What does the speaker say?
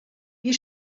wir